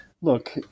look